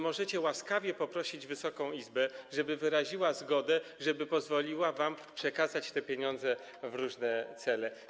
Możecie łaskawie poprosić Wysoka Izbę, żeby wyraziła zgodę, żeby pozwoliła wam przekazać te pieniądze na różne cele.